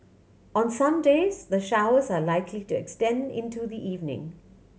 on some days the showers are likely to extend into the evening